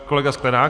Kolega Sklenák.